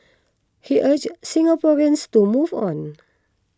he urged Singaporeans to move on